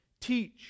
teach